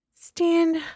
stand